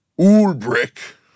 Ulbrich